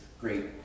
great